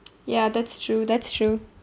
ya that's true that's true